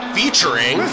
featuring